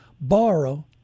borrow